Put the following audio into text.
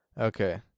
Okay